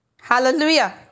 Hallelujah